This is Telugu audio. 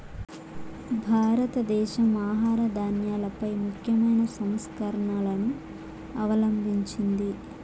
భారతదేశం ఆహార ధాన్యాలపై ముఖ్యమైన సంస్కరణలను అవలంభించింది